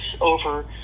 over